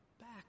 back